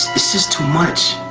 its just too much.